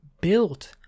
built